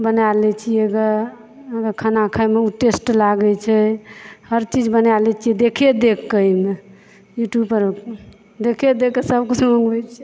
बना लै छियै ग खाना खायमे ओ टेस्ट लागै छै हर चीज बना लै छियै देखे देख के एहिमे यूट्यूब पर देखे देखके सब किछु बनबै छियै